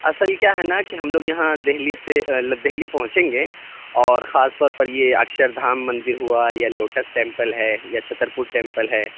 اصل کیا ہے نا کہ ہم لوگ یہاں دہلی سے مطلب دہلی پہنچیں گے اور خاص طور پر یہ اکشردھام مندر ہوا یا لوٹس ٹیمپل ہے یا چھترپور ٹیمپل ہے